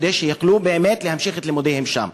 כדי שיוכלו באמת להמשיך את לימודיהם שם.